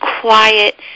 quiet